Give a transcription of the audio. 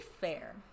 fair